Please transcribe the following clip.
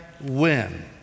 win